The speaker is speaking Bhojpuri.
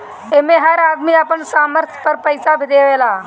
एमे हर आदमी अपना सामर्थ भर पईसा देवेला